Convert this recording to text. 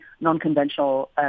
non-conventional